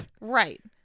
Right